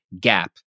gap